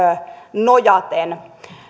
nojaten